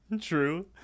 true